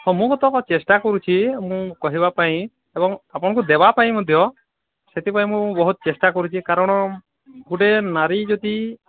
ହଁ ମୁଁ ବର୍ତ୍ତମାନ ଚେଷ୍ଟା କରୁଛି ମୁଁ କହିବା ପାଇଁ ଏବଂ ଆପଣଙ୍କୁ ଦେବାପାଇଁ ମଧ୍ୟ ସେଥିପାଇଁ ମୁଁ ବହୁତ ଚେଷ୍ଟା କରୁଛି କାରଣ ଗୋଟେ ନାରୀ ଯଦି